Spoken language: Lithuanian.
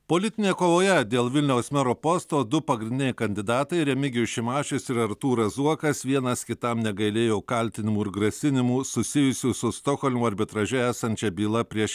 politinėje kovoje dėl vilniaus mero posto du pagrindiniai kandidatai remigijus šimašius ir artūras zuokas vienas kitam negailėjo kaltinimų ir grasinimų susijusių su stokholmo arbitraže esančia byla prieš